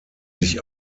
sich